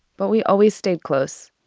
but, we always stayed close.